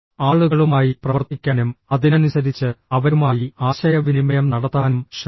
ആളുകളുമായി പ്രവർത്തിക്കാനും അതിനനുസരിച്ച് അവരുമായി ആശയവിനിമയം നടത്താനും ശ്രമിക്കുക